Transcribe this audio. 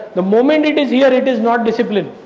the moment it is here, it is not discipline